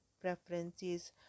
preferences